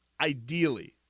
ideally –